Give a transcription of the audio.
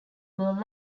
were